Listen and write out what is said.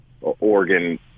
Oregon